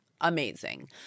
Amazing